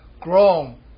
grown